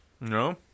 No